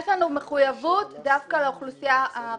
יש לנו מחויבות דווקא לאוכלוסייה הערבית,